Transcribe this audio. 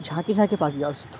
ঝাঁকে ঝাঁকে পাখি আসত